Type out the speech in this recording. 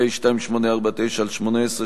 פ/2849/18,